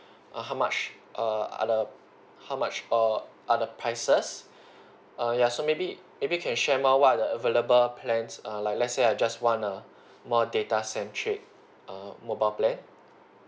err how much err are the how much for are the prices err ya so maybe maybe can share more what are the available plans err like let's say I just want a more data centric err mobile plan